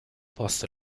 posto